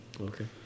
Okay